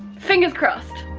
fingers crossed.